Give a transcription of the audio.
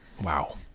Wow